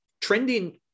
trending